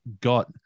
got